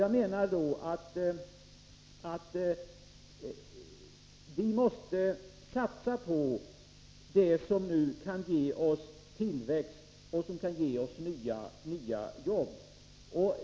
Jag menar att vi nu måste satsa på det som kan ge oss tillväxt och som kan ge oss nya jobb.